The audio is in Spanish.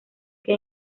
que